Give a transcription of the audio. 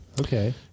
okay